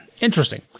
interesting